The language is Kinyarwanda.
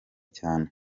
cyane